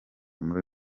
muri